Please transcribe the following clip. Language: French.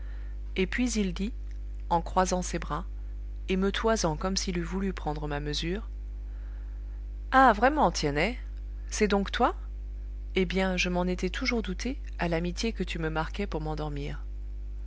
et puis il dit en croisant ses bras et me toisant comme s'il eût voulu prendre ma mesure ah vraiment tiennet c'est donc toi eh bien je m'en étais toujours douté à l'amitié que tu me marquais pour m'endormir